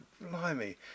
blimey